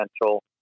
potential